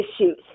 issues